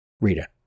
Rita